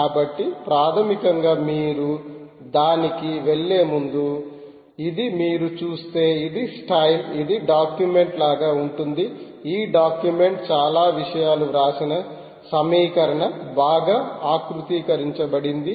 కాబట్టి ప్రాథమికంగా మీరు దానికి వెళ్ళే ముందు ఇది మీరు చూస్తే ఇది స్టైల్ ఇది డాక్యుమెంట్ లాగా ఉంటుంది ఈ డాక్యుమెంట్ చాలా విషయాలు వ్రాసిన నవీకరణ బాగా ఆకృతీకరించబడింది